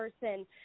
person